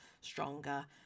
stronger